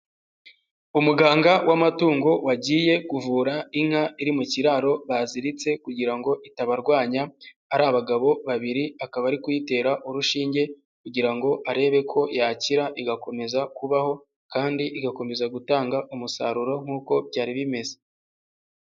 Umuganga w'amatungo wagiye kuvura inka iri mu kiraro baziritse kugira ngo itabarwanya ari abagabo babiri, akaba ari kuyitera urushinge, kugira ngo arebe ko yakira igakomeza kubaho kandi igakomeza gutanga umusaruro nk'uko byari bimeze.